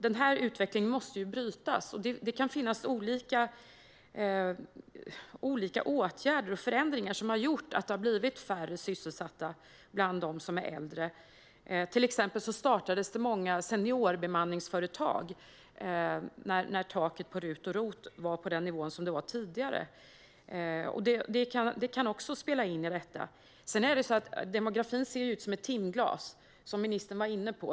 Den här utvecklingen måste brytas. Det kan vara olika åtgärder och förändringar som har gjort att det har blivit färre sysselsatta bland dem som är äldre. Till exempel startades många seniorbemanningsföretag när taket på RUT och ROT var på den nivå som det var tidigare. Det kan också spela in i detta. Demografin ser ut som ett timglas, som ministern var inne på.